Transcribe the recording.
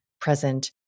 present